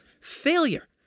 failure